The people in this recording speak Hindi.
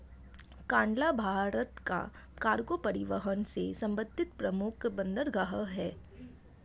कांडला भारत का कार्गो परिवहन से संबंधित प्रमुख बंदरगाह है